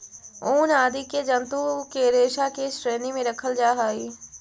ऊन आदि के जन्तु के रेशा के श्रेणी में रखल जा हई